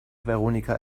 veronika